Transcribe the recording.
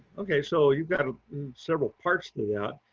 okay, so you've got several parts to that.